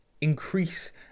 increase